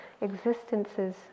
existence's